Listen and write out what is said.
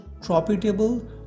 profitable